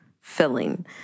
filling